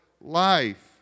life